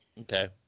Okay